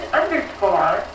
underscore